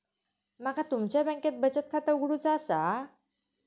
माका तुमच्या बँकेत बचत खाता उघडूचा असा?